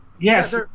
Yes